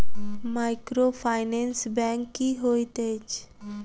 Microfinance bank की होइत अछि?